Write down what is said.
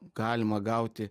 galima gauti